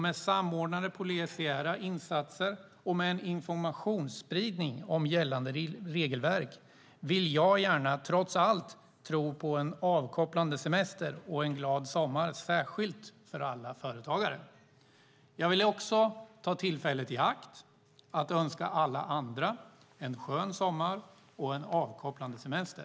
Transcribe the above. Med samordnade polisiära insatser och med en informationsspridning om gällande regelverk vill jag gärna, trots allt, tro på en avkopplande semester och en glad sommar särskilt för alla företagare. Jag vill också ta tillfället i akt och önska alla andra en skön sommar och en avkopplande semester.